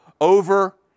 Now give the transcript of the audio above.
over